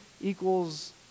equals